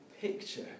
picture